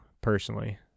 personally